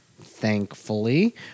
thankfully